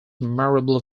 memorable